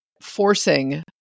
forcing